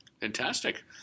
Fantastic